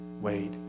Wait